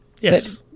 yes